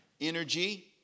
energy